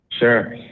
Sure